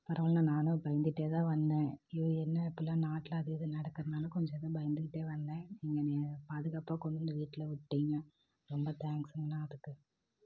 பரவாயில்ல நான் பயந்துகிட்டேதான் வந்தேன் ஐய்யோ என்ன இப்போலா நாட்டில் அது இதுன்னு நடக்கிறதுனால கொஞ்சம் எது பயந்துகிட்டே வந்தேன் நீங்கள் என்ன பாதுகாப்பாக கொண்டு வந்து வீட்டில் விட்டீங்க ரொம்ப தேங்க்ஸ் அண்ணா அதுக்கு